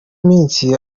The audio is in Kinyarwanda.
iminsi